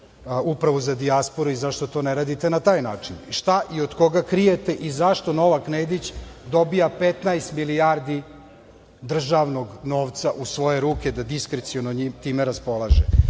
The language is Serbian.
Upravu za dijasporu i zašto to ne radite na taj način i šta i od koga krijete i zašto Novak Nedić dobija 15 milijardi državnog novca u svoje ruke da diskreciono time raspolaže? Arnu